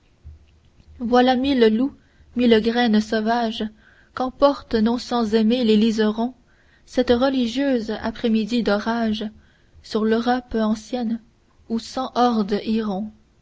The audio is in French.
voilà mille loups mille graines sauvages qu'emporte non sans aimer les liserons cette religieuse après-midi d'orage sur l'europe ancienne où cent hordes